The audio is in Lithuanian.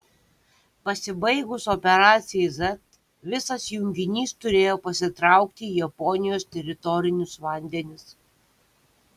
pasibaigus operacijai z visas junginys turėjo pasitraukti į japonijos teritorinius vandenis